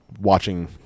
watching